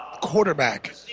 quarterback